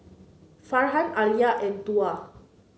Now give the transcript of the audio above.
Farhan Alya and Tuah